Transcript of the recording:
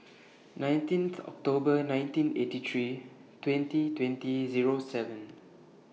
nineteenth October nineteen eighty three twenty twenty Zero seven